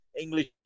English